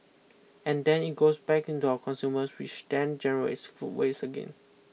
and then it goes back into our consumers which then generates food waste again